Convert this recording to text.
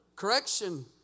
Correction